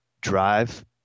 drive